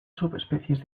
subespecies